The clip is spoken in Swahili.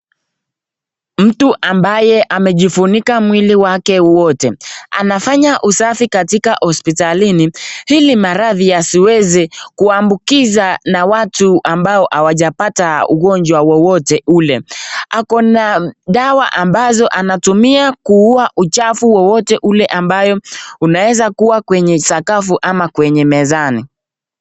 Mtu ambaye amejifunika mwili wake wote anafanya usafi katika hospitalini ili maradhi yasiweze kuambukiza na watu ambao hawajapata ugonjwa wowote ule. Akona dawa ambazo anatumia kuua uchafu wowote ule ambayo unaeza kuwa kwenye sakafu ama kwenye mezani.